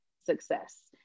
success